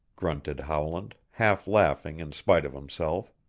grunted howland, half laughing in spite of himself.